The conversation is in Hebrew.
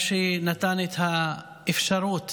מה שנתן את האפשרות